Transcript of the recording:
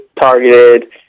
targeted